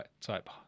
type